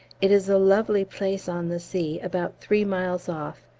it is a lovely place on the sea, about three miles off,